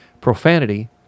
Profanity